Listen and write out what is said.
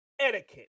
etiquette